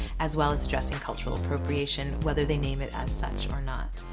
as well as addressing cultural appropriation whether the name it as such or not.